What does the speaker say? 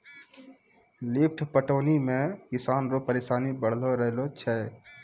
lift पटौनी मे किसान रो परिसानी बड़लो रहै छै